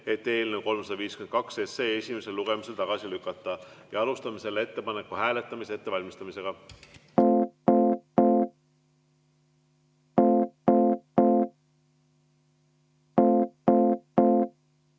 et eelnõu 352 esimesel lugemisel tagasi lükata. Alustame selle ettepaneku hääletamise ettevalmistamist.